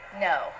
No